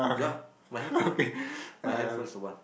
ya my handphone my handphone is the one